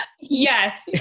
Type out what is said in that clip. Yes